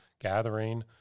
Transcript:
gathering